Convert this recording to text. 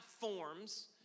forms